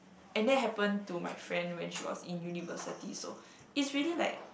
and that happen to my friend when she was in university so is really like